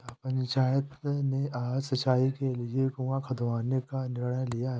पंचायत ने आज सिंचाई के लिए कुआं खुदवाने का निर्णय लिया है